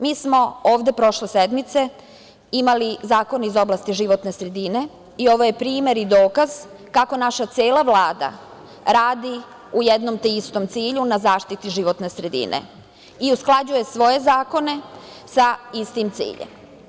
Mi smo ovde prošle sedmice imali zakone iz oblasti životne sredine i ovo je primer i dokaz kako naša cela Vlada radi u jednoj te istom cilju na zaštiti životne sredine i usklađuje svoje zakone sa istim ciljem.